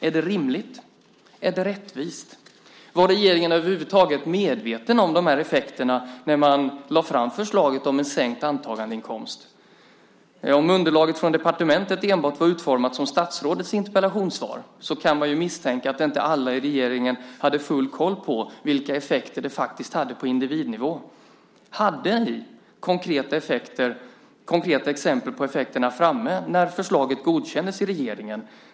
Är det rimligt, och är det rättvist? Var regeringen över huvud taget medveten om dessa effekter när man lade fram förslaget om en sänkt antagandeinkomst? Om underlaget från departementet var utformat enbart som statsrådets interpellationssvar, så kan man ju misstänka att inte alla i regeringen hade full koll på vilka effekter det faktiskt hade på individnivå. Hade ni konkreta exempel på effekterna framme när förslaget godkändes i regeringen?